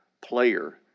player